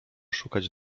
szukać